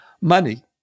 money